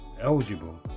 eligible